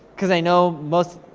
cause i know most,